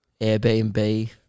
Airbnb